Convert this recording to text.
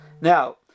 Now